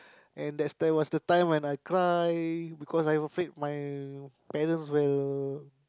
and that's that was the time when I cry because I afraid my parents will